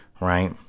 right